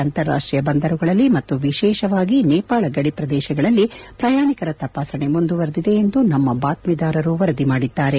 ಅಂತರಾಷ್ಲೀಯ ಬಂದರುಗಳಲ್ಲಿ ಮತ್ತು ವಿಶೇಷವಾಗಿ ನೇಪಾಳ ಗಡಿ ಪ್ರದೇಶಗಳಲ್ಲಿ ಪ್ರಯಾಣಿಕರ ತಪಾಸಣೆ ಮುಂದುವರಿದಿದೆ ಎಂದು ನಮ್ಮ ಬಾತ್ಸೀದಾರರು ವರದಿ ಮಾಡಿದ್ದಾರೆ